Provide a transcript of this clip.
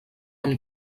amb